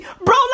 bro